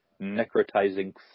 necrotizing